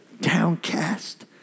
downcast